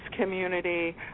community